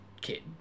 kid